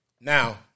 Now